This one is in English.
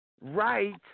right